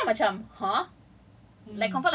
then my ultimate grade is a B plus